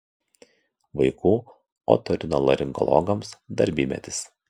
vaikų otorinolaringologams darbymetis